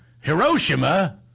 Hiroshima